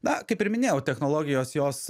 na kaip ir minėjau technologijos jos